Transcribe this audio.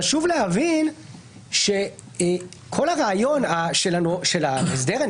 חשוב להבין שכל הרעיון של ההסדר בארץ,